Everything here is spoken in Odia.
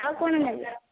ଆଉ କଣ ନେବେ